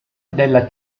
della